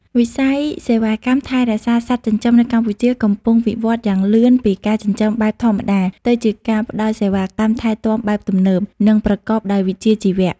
វិស័យសេវាកម្មថែរក្សាសត្វចិញ្ចឹមនៅកម្ពុជាកំពុងវិវត្តយ៉ាងលឿនពីការចិញ្ចឹមបែបធម្មតា ទៅជាការផ្ដល់សេវាកម្មថែទាំបែបទំនើប និងប្រកបដោយវិជ្ជាជីវៈ។